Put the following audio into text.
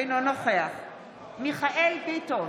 אינו נוכח מיכאל מרדכי ביטון,